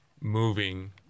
moving